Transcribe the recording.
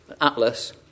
Atlas